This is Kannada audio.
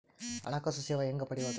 ಹಣಕಾಸು ಸೇವಾ ಹೆಂಗ ಪಡಿಯೊದ?